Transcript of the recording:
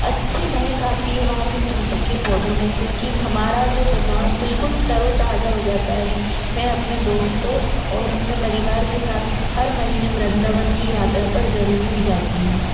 अच्छी महक आती है वहाँ के तुलसी के पौधों में से कि हमारा जो दिमाग़ बिल्कुल तरोताज़ा हो जाता है मैं अपने दोस्तों और अपने परिवार के सात हर महीने मृंदावन की यात्रा पर ज़रूर ही जाती हूँ